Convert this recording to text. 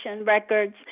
records